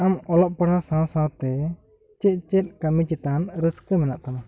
ᱟᱢ ᱚᱞᱚᱜ ᱯᱟᱲᱦᱟᱣ ᱥᱟᱶ ᱥᱟᱶ ᱛᱮ ᱪᱮᱫ ᱪᱮᱫ ᱠᱟᱹᱢᱤ ᱪᱮᱛᱟᱱ ᱨᱟᱹᱥᱠᱟᱹ ᱢᱮᱱᱟᱜ ᱛᱟᱢᱟ